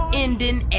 ending